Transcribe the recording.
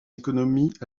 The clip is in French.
économies